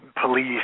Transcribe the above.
police